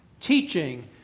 teaching